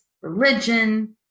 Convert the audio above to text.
religion